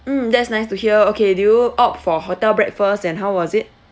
mm that's nice to hear okay do you opt for hotel breakfast and how was it